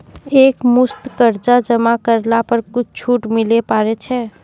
एक मुस्त कर्जा जमा करला पर कुछ छुट मिले पारे छै?